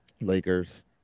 Lakers